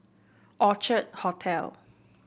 Orchard Hotel